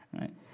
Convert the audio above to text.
right